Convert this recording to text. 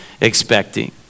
expecting